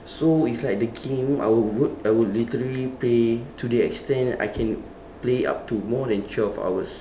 so it's like the game I would work I would literally play to the extent that I can play up to more than twelve hours